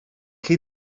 chi